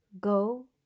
Go